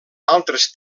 altres